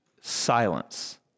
Silence